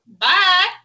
Bye